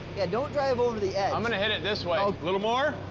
yeah, don't drive over the edge. i'm gonna hit it this way. a little more?